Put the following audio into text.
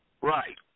Right